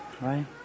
Right